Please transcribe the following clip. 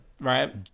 right